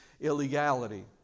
illegality